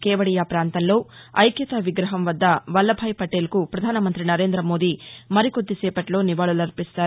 కేవదియా పాంతంలో ఐక్యతా విగ్రహం వద్ద వల్లభ భాయి పటేల్కు పధానమంతి నరేంద మోదీ మరికొద్దిసేపట్లో నివాళులర్పిస్తారు